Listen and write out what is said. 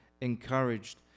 encouraged